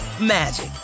magic